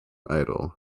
idol